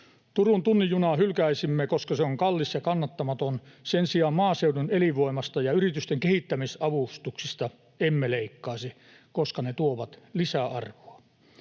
Turun tunnin junan hylkäisimme, koska se on kallis ja kannattamaton. Sen sijaan maaseudun elinvoimasta ja yritysten kehittämisavustuksista emme leikkaisi, koska ne tuovat lisäarvoa.